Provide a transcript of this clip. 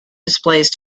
displays